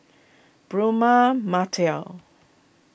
Braema Matil